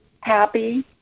happy